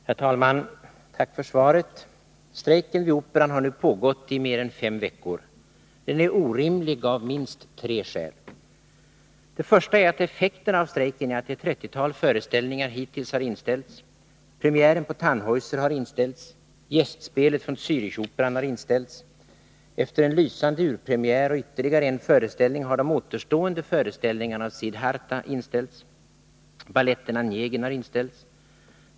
Herr talman! Tack för svaret. Strejken vid Operan har nu pågått i mer än fem veckor. Den är orimlig av minst tre skäl. Det första är att effekterna av strejken är att ett trettiotal föreställningar hittills har inställts. Premiären på Tannhäuser har inställts. Gästspelet från Zöärichoperan har inställts. Efter en lysande urpremiär och ytterligare en föreställning har de återstående föreställningarna av Siddhartha inställts. Baletten Onegin har inställts.